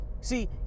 see